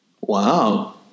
wow